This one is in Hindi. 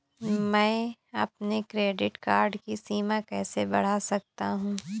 मैं अपने क्रेडिट कार्ड की सीमा कैसे बढ़ा सकता हूँ?